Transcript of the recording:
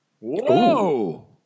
Whoa